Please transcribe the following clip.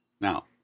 Now